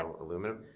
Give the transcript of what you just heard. aluminum